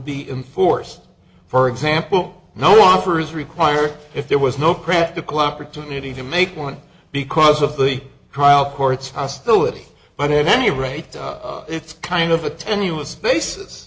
be in force for example no offer is required if there was no practical opportunity to make one because of the trial court's hostility but in any rate it's kind of a tenuous basis